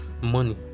money